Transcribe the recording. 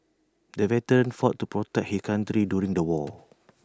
the veteran fought to protect his country during the war